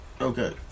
Okay